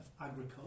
agriculture